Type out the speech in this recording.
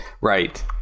right